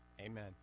Amen